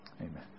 Amen